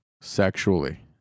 sexually